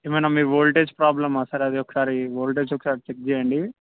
ఏమైన మీ ఒల్టేజ్ ప్రాబ్లమా సార్ అది ఒకసారి ఒల్టేజ్ ఒకసారి చెక్ చేయండి